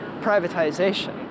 privatization